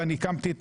ואני הקמתי,